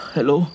Hello